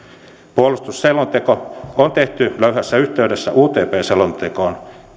puolustusselonteko on tehty löyhässä yhteydessä utp selontekoon